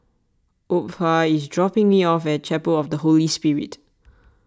Opha is dropping me off at Chapel of the Holy Spirit